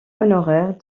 honoraire